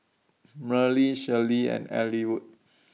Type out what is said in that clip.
Merle Shelbie and Ellwood